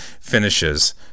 finishes